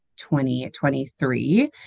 2023